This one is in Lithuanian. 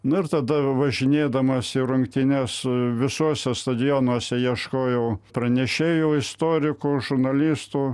nu ir tada važinėdamas į rungtynes su visuose stadionuose ieškojau pranešėjų istorikų žurnalistų